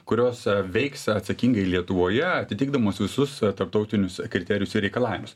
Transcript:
kurios veiks atsakingai lietuvoje atitikdamos visus tarptautinius kriterijus ir reikalavimus